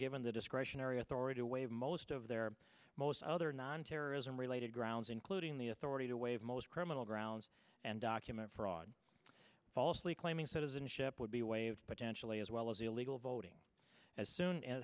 given the discretionary authority away of most of their most other non terrorism related grounds including the authority to waive most criminal grounds and document fraud falsely claiming citizenship would be waived potentially as well as illegal voting as soon as